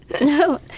No